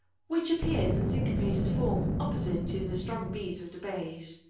which appears in syncopated form opposite to the strong beats of the bass.